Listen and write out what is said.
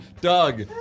Doug